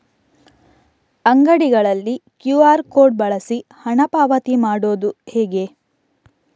ಅಂಗಡಿಗಳಲ್ಲಿ QR code ಬಳಸಿ ಹಣ ಪಾವತಿ ಮಾಡೋದು ಹೇಗೆ?